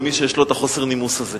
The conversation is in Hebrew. למי שיש לו חוסר הנימוס הזה.